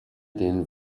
den